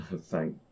Thank